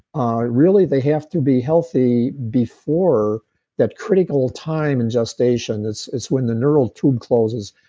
ah really, they have to be healthy before that critical time in gestation, it's it's when the neural tube closes.